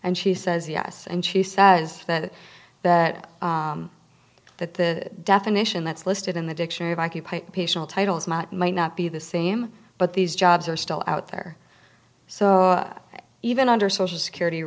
and she says yes and she says that that that the definition that's listed in the dictionary of i q titles might not be the same but these jobs are still out there so even under social security